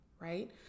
right